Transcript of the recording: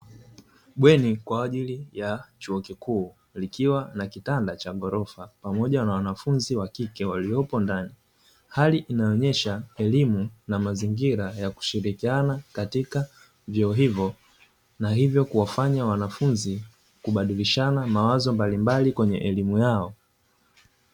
Bweni kwa ajili ya chuo kikuu likiwa na kitanda cha ghorofa pamoja na wanafunzi wa kike waliopo ndani, hali inayoonyesha elimu na mazingira ya kushirikiana katika vyuo hivyo na hivyo kuwafanya wanafunzi kubadilishana mawazo mbalimbali kwenye elimu yao.